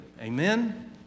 Amen